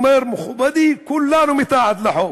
הוא אומר: מכובדי, כולנו כפופים לחוק,